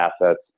assets